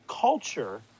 culture